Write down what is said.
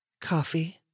Coffee